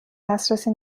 دسترسی